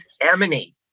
emanate